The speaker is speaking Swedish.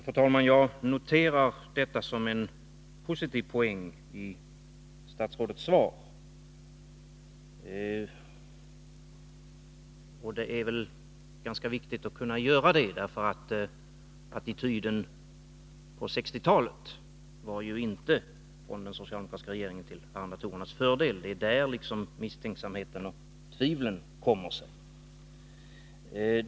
Fru talman! Jag noterar detta som en positiv poäng i statsrådets svar. Det är ganska viktigt att kunna göra det, då attityden från den socialdemokratiska regeringen på 1960-talet inte var till arrendatorernas fördel. Det är därav misstänksamheten och tvivlen kommer sig.